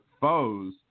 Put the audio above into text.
foes